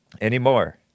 anymore